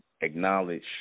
acknowledge